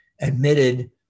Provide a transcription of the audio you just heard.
admitted